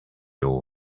all